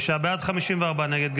46 בעד, 54 נגד.